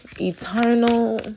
Eternal